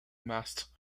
masts